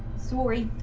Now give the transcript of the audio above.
story